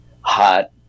hot